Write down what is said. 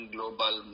Global